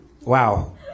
Wow